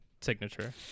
signature